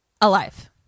Alive